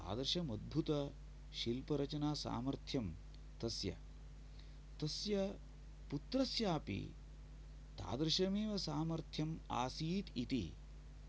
तादृशम् अत्भुतशिल्परचनासामर्थ्यं तस्य तस्य पुत्रस्यापि तादृशमेव सामर्थ्यम् आसीत् इति